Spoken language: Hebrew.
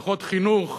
פחות חינוך,